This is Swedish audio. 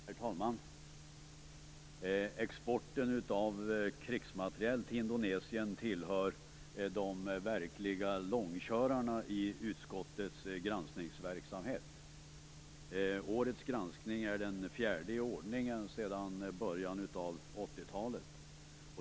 Herr talman! Frågan om exporten av krigsmateriel till Indonesien tillhör de verkliga långkörarna i utskottets granskningsverksamhet. Årets granskning är den fjärde i ordningen sedan början av 80-talet.